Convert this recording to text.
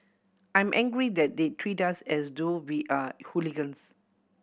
I'm angry that they treat us as though we are hooligans